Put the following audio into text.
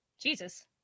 Jesus